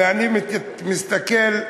ואני מסתכל,